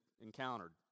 encountered